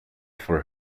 for